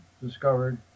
discovered